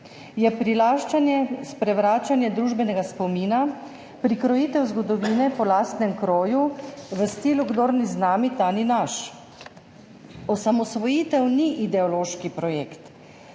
je prilaščanje, sprevračanje družbenega spomina, prikrojitev zgodovine po lastnem kroju v stilu: kdor ni z nami, ta ni naš. Osamosvojitev ni ideološki projekt,